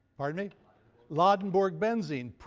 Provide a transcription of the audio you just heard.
ah i mean ladenburg benzene.